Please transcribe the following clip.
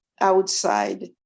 outside